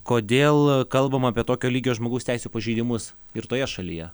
kodėl kalbama apie tokio lygio žmogaus teisių pažeidimus ir toje šalyje